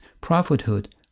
prophethood